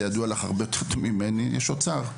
ידוע לך הרבה יותר ממני שיש את משרד האוצר.